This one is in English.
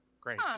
great